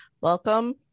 Welcome